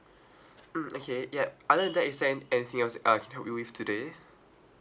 mm okay yup other than that is there an~ anything else I can help you with today